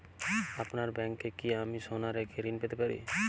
আপনার ব্যাংকে কি আমি সোনা রেখে ঋণ পেতে পারি?